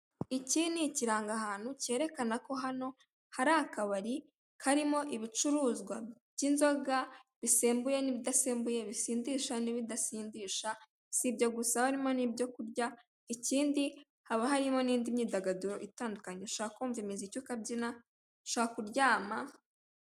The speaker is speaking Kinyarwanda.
Iki ni ikirangahantu kerekana ko hari akabari karimo ibicuruzwa by'inzoga bisembuye n'ibidasembuye, bisindisha n'ibidasindisha sibyo gusa haba harimo n'ibyo kurya ikindi haba hari n'indi myidagaduro itandukanye ushobora kumva imiziki ukabyina ushobora kuryama.